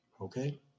Okay